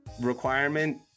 requirement